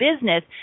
business